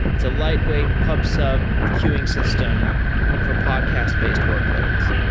it's a lightweight pub sub queuing system for podcasts based workloads.